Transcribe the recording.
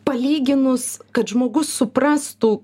palyginus kad žmogus suprastų